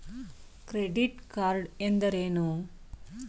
Credit card ಎಂದರೇನು?